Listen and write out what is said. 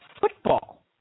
football